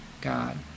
God